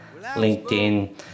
LinkedIn